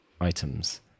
items